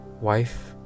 wife